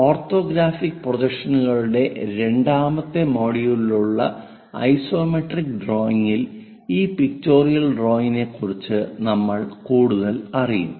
orthographic പ്രൊജക്ഷനുകളുടെ രണ്ടാമത്തെ മൊഡ്യൂളിലുള്ള ഐസോമെട്രിക് ഡ്രോയിയിങ്ങിൽ ഈ പിക്ചോറിയൽ ഡ്രായിങ്ങിനെക്കുറിച്ച് നമ്മൾ കൂടുതലറിയും